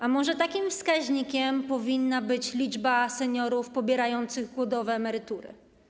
A może takim wskaźnikiem powinna być liczba seniorów pobierających głodowe emerytury?